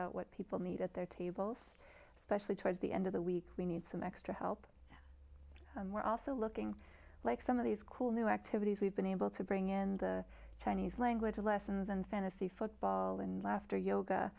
out what people need at their tables especially towards the end of the week we need some extra help we're also looking like some of these cool new activities we've been able to bring in the chinese language lessons and fantasy football and laughter yoga